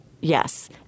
Yes